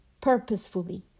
purposefully